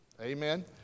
Amen